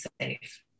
safe